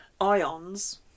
ions